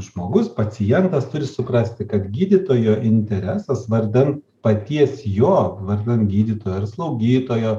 žmogus pacientas turi suprasti kad gydytojo interesas vardan paties jo vardan gydytojo ar slaugytojo